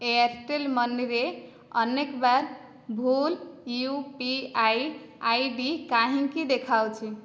Airtel ମନିରେ ଅନେକ ବାର ଭୁଲ U P I I D କାହିଁକି ଦେଖାଉଛି